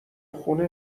خونه